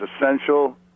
essential